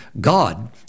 God